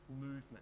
movement